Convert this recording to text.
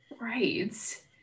Right